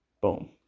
Boom